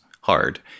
hard